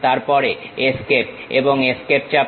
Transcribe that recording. তারপরে এস্কেপ এবং এস্কেপ চাপো